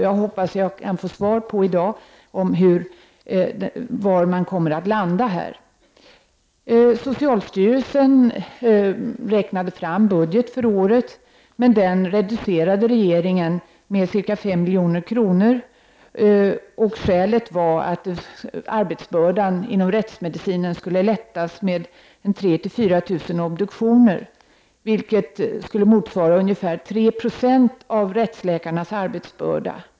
Jag hoppas att jag i dag kan få svar på frågan var man kommer att landa i detta avseende. Socialstyrelsen räknade fram en budget för året, men denna reducerades av regeringen med ca 5 milj.kr. Skälet härtill var att arbetsbördan inom rättsmedicinen skulle avlastas med 3 0004 000 obduktioner, vilket skulle motsvara ungefär 3 70 av rättsläkarnas arbetsbörda.